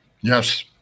yes